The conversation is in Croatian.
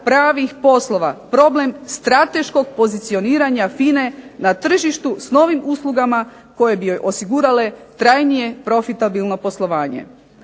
pravih poslova, problem strateškog pozicioniranja FINA-e na tržištu s novim uslugama koje bi joj osigurale trajnije profitabilno poslovanje.